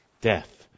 Death